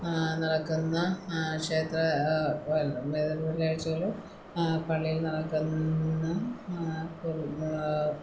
നടക്കുന്ന ക്ഷേത്ര വെള്ളിയാഴ്ചകളിൽ പള്ളിയിൽ നടക്കുന്ന